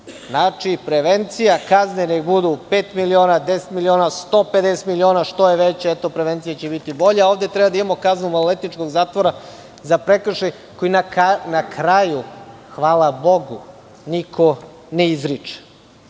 Prevencija kazne, neka budu pet miliona, deset, 150 miliona, što je veća, prevencija će biti bolja. Ovde treba da imamo kaznu maloletničkog zatvora za prekršaj koji na kraju, hvala Bogu, niko ne izriče. Pričali